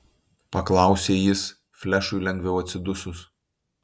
paklausė jis flešui lengviau atsidusus